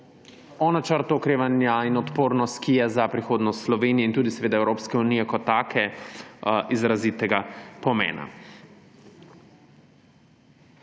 Načrtu okrevanja in odpornosti, ki je za prihodnost Slovenije in tudi Evropske unije kot take izrazitega pomena.